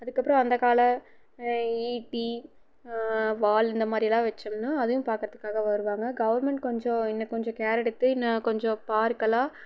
அதுக்கப்புறம் அந்தக் கால ஈட்டி வால் இந்த மாதிரி எல்லாம் வைச்சோம்னா அதையும் பார்க்குறத்துக்காக வருவாங்க கவர்மெண்ட் கொஞ்சம் இன்னும் கொஞ்சம் கேர் எடுத்து இன்னும் கொஞ்சம் பார்க்கெல்லாம்